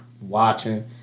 watching